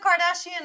Kardashian